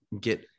Get